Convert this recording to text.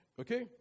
Okay